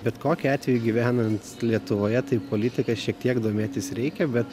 bet kokiu atveju gyvenant lietuvoje tai politika šiek tiek domėtis reikia bet